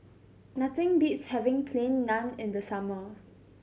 nothing beats having Plain Naan in the summer